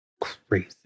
Crazy